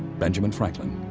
benjamin franklin.